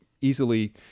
easily